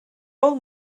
old